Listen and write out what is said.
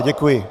Děkuji.